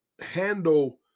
handle